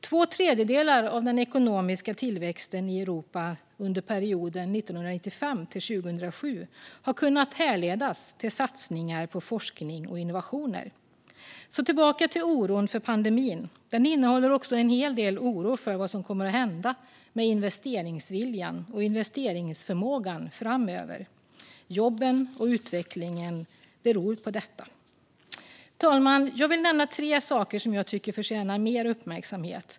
Två tredjedelar av den ekonomiska tillväxten i Europa under perioden 1995-2007 har kunnat härledas till satsningar på forskning och innovationer. Tillbaka till oron för pandemin: Den innehåller också en hel del oro för vad som kommer att hända med investeringsviljan och investeringsförmågan framöver. Jobben och utvecklingen beror på detta. Fru talman! Jag vill nämna tre saker som jag tycker förtjänar mer uppmärksamhet.